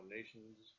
Nation's